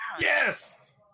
Yes